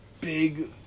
big